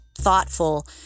thoughtful